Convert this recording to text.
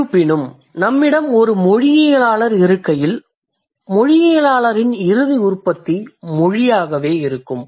இருப்பினும் நம்மிடம் ஒரு மொழியியலாளர் இருக்கையில் மொழியியலாளரின் இறுதி உற்பத்தி மொழியாகவே இருக்கும்